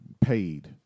paid